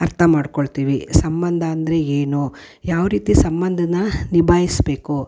ಅರ್ಥ ಮಾಡಿಕೊಳ್ತೀವಿ ಸಂಬಂಧ ಅಂದರೆ ಏನು ಯಾವ ರೀತಿ ಸಂಬಂಧನ ನಿಭಾಯಿಸಬೇಕು